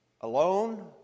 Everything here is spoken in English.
alone